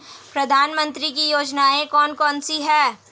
प्रधानमंत्री की योजनाएं कौन कौन सी हैं?